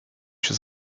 się